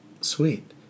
Sweet